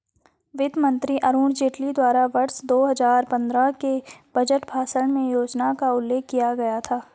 वित्त मंत्री अरुण जेटली द्वारा वर्ष दो हजार पन्द्रह के बजट भाषण में योजना का उल्लेख किया गया था